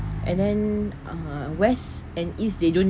and then err west and east they don't